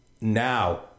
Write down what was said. now